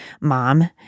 mom